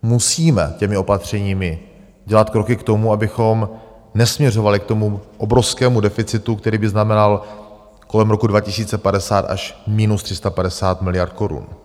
Musíme těmi opatřeními dělat kroky k tomu, abychom nesměřovali k tomu obrovskému deficitu, který by znamenal kolem roku 2050 až minus 350 miliard korun.